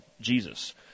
Jesus